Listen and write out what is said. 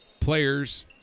players